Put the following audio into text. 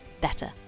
better